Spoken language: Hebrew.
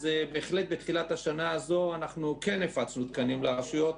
בהחלט בתחילת השנה הזאת כן הפצנו תקנים לרשויות,